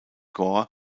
gore